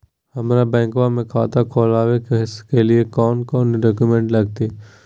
हमरा बैंकवा मे खाता खोलाबे के हई कौन कौन डॉक्यूमेंटवा लगती?